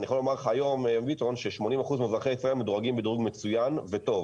היום 80% מאזרחי ישראל מדורגים בדירוג מצוין וטוב,